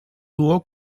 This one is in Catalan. duo